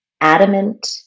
adamant